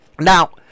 Now